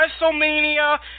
WrestleMania